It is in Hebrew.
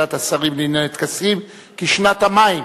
ועדת השרים לענייני טקסים כשנת המים,